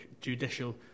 judicial